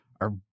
are-